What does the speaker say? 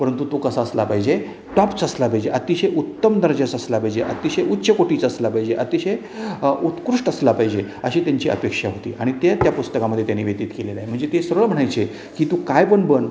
परंतु तू कसा असला पाहिजे टॉपच असला पाहिजे अतिशय उत्तम दर्जाचं असला पाहिजे अतिशय उच्च कोटीचं असला पाहिजे अतिशय उत्कृष्ट असला पाहिजे अशी त्यांची अपेक्षा होती आणि ते त्या पुस्तकामध्ये त्याने व्यतीत केलंय म्हणजे ते सरळ म्हणायचे की तू काय पण बन